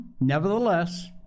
nevertheless